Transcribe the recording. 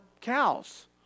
cows